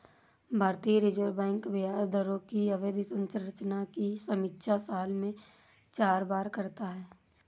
भारतीय Reserve Bank ब्याज दरों की अवधि संरचना की समीक्षा साल में चार बार करता है